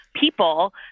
people